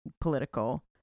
political